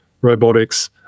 robotics